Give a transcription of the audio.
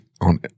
On